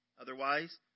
Otherwise